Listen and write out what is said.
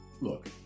Look